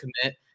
commit